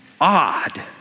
odd